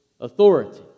authority